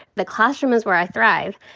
the classroom is where i thrive.